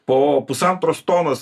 po pusantros tonos